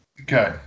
Okay